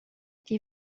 die